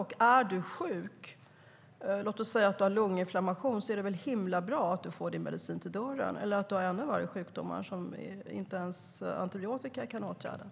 Och om du är sjuk, låt säga att du har lunginflammation eller någon ännu värre sjukdom som inte ens antibiotika kan åtgärda, är det väl himla bra att du får din medicin till dörren.